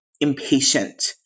impatient